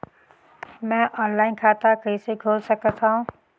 मैं ऑनलाइन खाता कइसे खोल सकथव?